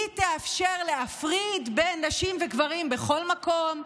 היא תאפשר להפריד בין נשים וגברים בכל מקום,